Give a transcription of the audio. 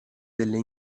delle